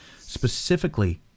specifically